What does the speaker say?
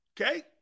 Okay